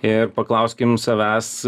ir paklauskim savęs